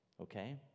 Okay